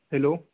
hello